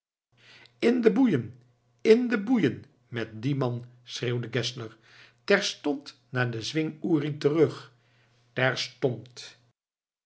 in de boeien in de boeien met dien man schreeuwde geszler terstond naar den zwing uri terug terstond